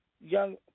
young